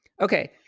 Okay